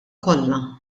kollha